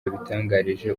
yabitangarije